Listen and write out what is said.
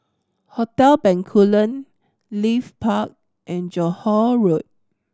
Hotel Bencoolen Leith Park and Johore Road